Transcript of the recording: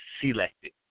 selected